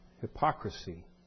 hypocrisy